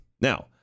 now